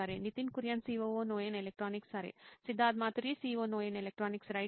Nitin Kurian COO నోయిన్ electronics సరే Siddharth Maturi CEO నోయిన్ ఎలక్ట్రానిక్స్ రైట్ సార్